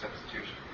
substitution